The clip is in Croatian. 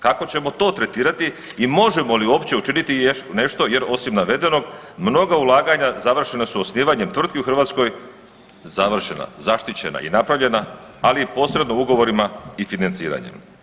Kako ćemo to tretirati i možemo li uopće učiniti nešto jer osim navedenog mnoga ulaganja završena su osnivanjem tvrtki u Hrvatskoj, završena, zaštićena i napravljena, ali i posredno ugovorima i financiranjem.